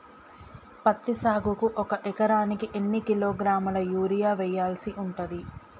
పత్తి సాగుకు ఒక ఎకరానికి ఎన్ని కిలోగ్రాముల యూరియా వెయ్యాల్సి ఉంటది?